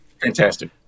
fantastic